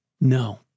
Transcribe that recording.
No